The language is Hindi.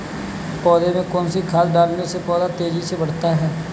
पौधे में कौन सी खाद डालने से पौधा तेजी से बढ़ता है?